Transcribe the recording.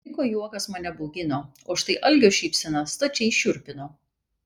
miko juokas mane baugino o štai algio šypsena stačiai šiurpino